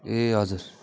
ए हजुर